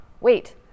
wait